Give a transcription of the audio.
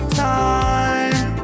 time